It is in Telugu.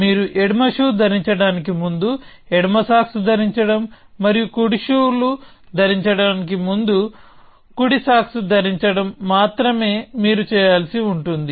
మీరు ఎడమ షూ ధరించడానికి ముందు ఎడమ సాక్స్ ధరించడం మరియు మీరు కుడి షూ ధరించడానికి ముందు కుడి సాక్స్ ధరించడం మాత్రమే మీరు చేయాల్సి ఉంటుంది